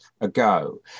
ago